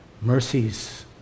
mercies